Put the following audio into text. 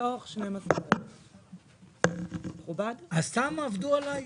מתוך 12,000. אז סתם עבדו עליי?